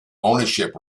ownership